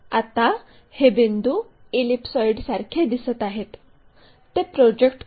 आता हे बिंदू इलिप्सोईडसारखे दिसत आहेत ते प्रोजेक्ट करू